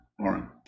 Lauren